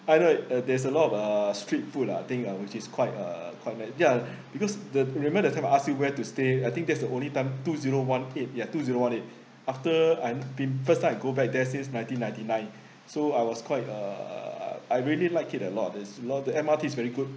uh there's a lot of uh street food ah I think uh which is quite uh quiet nice yeah because the remember the time I ask you where to stay I think that's the only time two zero one eight yeah two zero one eight after I'm been first time I go back there since nineteen ninety nine so I was quite uh I really liked it a lot is lot the M_R_T is very good